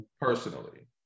personally